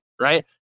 right